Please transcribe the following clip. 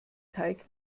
teig